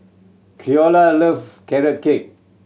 Creola love Carrot Cake